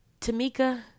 Tamika